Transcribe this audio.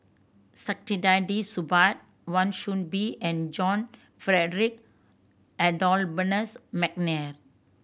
Saktiandi Supaat Wan Soon Bee and John Frederick Adolphus McNair